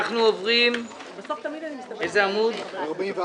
אנחנו עוברים לעמ' 41,